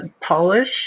polish